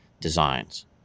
designs